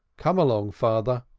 come along, father.